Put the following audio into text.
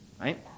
right